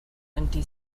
empty